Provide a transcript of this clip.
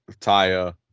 Taya